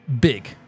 big